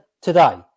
today